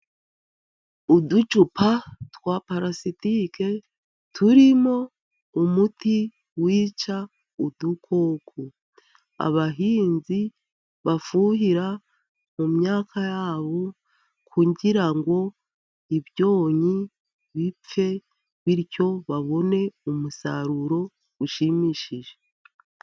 Uducupa twa palasitike turimo umuti wica udukoko. Abahinzi bafuhira mu myaka yabo kugira ngo ibyonnyi bipfe, bityo babone umusaruro ushimishije.